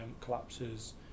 collapses